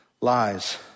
lies